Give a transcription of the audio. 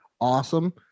awesome